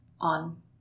On